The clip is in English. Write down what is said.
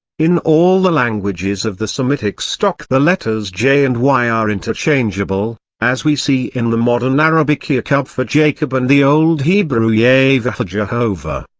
in all the languages of the semitic stock the letters j and y are interchangeable, as we see in the modern arabic yakub for jacob and the old hebrew yaveh for jehovah.